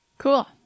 Cool